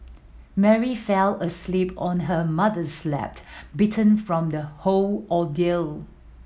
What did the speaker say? Mary fell asleep on her mother's lap beaten from the whole ordeal